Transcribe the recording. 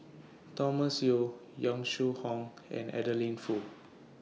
Thomas Yeo Yong Shu Hoong and Adeline Foo